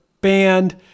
band